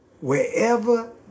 Wherever